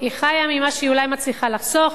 היא חיה ממה שהיא אולי מצליחה לחסוך.